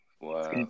Wow